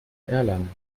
erlangen